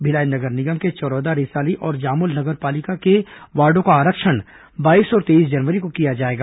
भिलाई नगर निगम के चरौदा रिसाली और जामुल नगर पालिका के वार्डों का आरक्षण बाईस और तेईस जनवरी को किया जाएगा